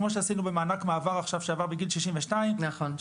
כמו שעשינו במענק מעבר בגיל 62 -- נכון,